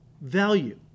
value